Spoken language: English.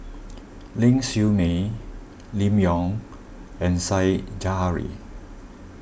Ling Siew May Lim Yau and Said Zahari